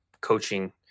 coaching